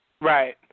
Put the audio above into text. Right